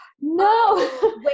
no